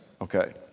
Okay